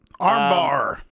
Armbar